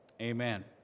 Amen